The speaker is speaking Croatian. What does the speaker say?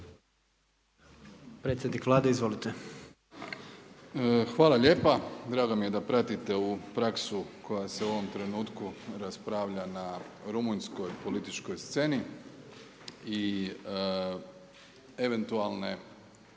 Hvala lijepo. Drago mi je da pratite ovu praksu koja se u ovom trenutku raspravlja na rumunjskoj političkoj sceni i eventualne